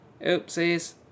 Oopsies